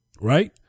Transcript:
Right